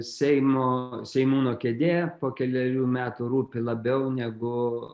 seimo seimūno kėdė po kelerių metų rūpi labiau negu